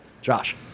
Josh